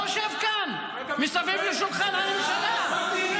בוא שב כאן מסביב לשולחן הממשלה.